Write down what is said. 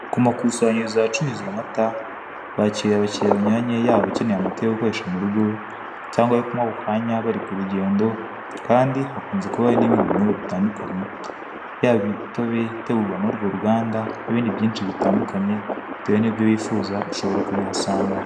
Ku makusanyirizo ahacururizwa amata, barakira abakiriya banyuranye yaba abakeneye amata yo gukoresha mu rugo, cyangwa ayo kunywa ako kanya bari ku rugendo, kandi hakunze kuba hari n'ibindi binyobwa bitandukanye, yaba imitobe itegurwa n'urwo ruganda, n'ibindi byinshi bitandukanye bitewe n'ibyo wifuza ushobora kubihasanga.